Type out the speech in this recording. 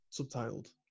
subtitled